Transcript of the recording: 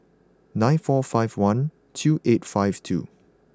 nine four five one two eight five two